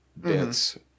bits